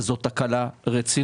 וזאת תקלה רצינית.